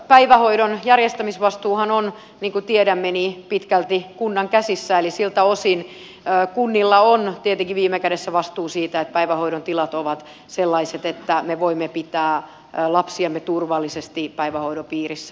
päivähoidon järjestämisvastuuhan on niin kuin tiedämme pitkälti kunnan käsissä eli siltä osin kunnilla on tietenkin viime kädessä vastuu siitä että päivähoidon tilat ovat sellaiset että me voimme pitää lapsiamme turvallisesti päivähoidon piirissä